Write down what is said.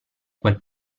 quel